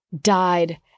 died